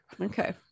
okay